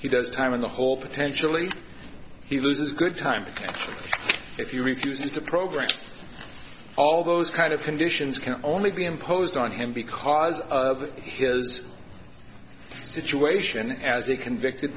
he does time in the hole potentially he loses good time if you refuse the programs all those kind of conditions can only be imposed on him because of his situation as a convicted